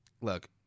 look